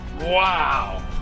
wow